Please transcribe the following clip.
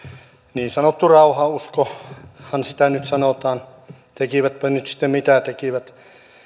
niin sanotuksi rauhan uskoksihan sitä nyt sanotaan tekivätpä nyt sitten mitä tekivät